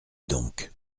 donc